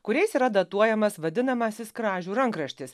kuriais yra datuojamas vadinamasis kražių rankraštis